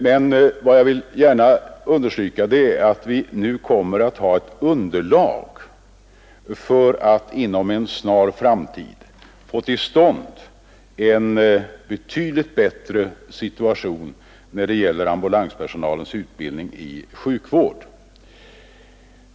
Men vad jag gärna vill understryka är att vi kommer att ha ett underlag för att inom en snar framtid få till stånd en betydligt bättre situation när det gäller ambulanspersonalens utbildning i sjukvård.